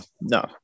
no